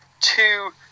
two